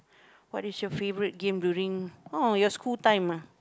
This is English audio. what is your favorite game during oh your school time ah